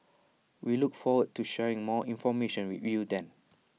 we look forward to sharing more information with you then